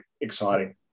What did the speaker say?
exciting